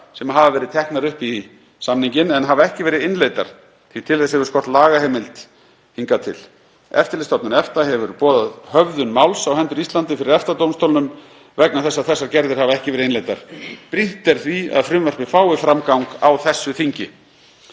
sem hafa verið teknar upp í samninginn en hafa ekki verið innleiddar því til þess hefur skort lagaheimild hingað til. Eftirlitsstofnun EFTA hefur boðað höfðun máls á hendur Íslandi fyrir EFTA-dómstólnum vegna þess að þessar gerðir hafa ekki verið innleiddar. Brýnt er því að frumvarpið fái framgang á þessu þingi.